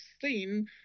seen